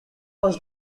was